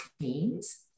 teams